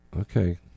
okay